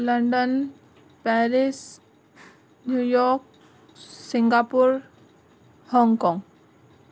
London Paris New York Singapore Hong Kong